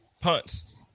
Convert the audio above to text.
punts